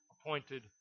appointed